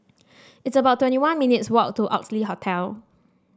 it's about twenty one minutes' walk to Oxley Hotel